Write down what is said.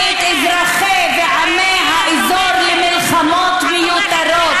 ואת אזרחי ועמי האזור למלחמות מיותרות.